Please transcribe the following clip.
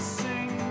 sing